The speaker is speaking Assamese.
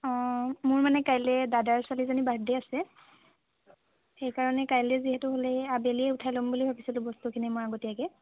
মোৰ মানে কাইলৈ দাদাৰ ছোৱালী এজনীৰ বাৰ্থদে আছে সেইকাৰণে কাইলৈ যিহেতুলে আবেলি উঠাই ল'ম বুলি ভাবিছিলোঁ বস্তুখিনি মই আগতীয়াকৈ